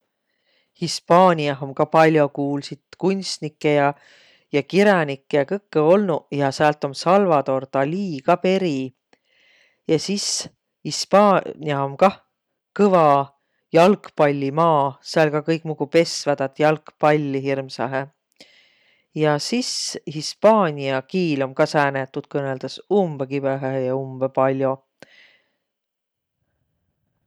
Hispaaniah om ka pall'o kuulsit kunstnikkõ ja kiränikkõ ja kõkkõ olnuq ja, ja säält om Salvador Dali ka peri. Ja sis Hispaania om kah kõva jalgpallimaa, sääl ka kõik muguq pesväq taad jalgpalli hirmsahe. Ja sis hispaania kiil om ka sääne, et tuud kõnõldas umbõ kibõhõhe ja umbõ pall'o.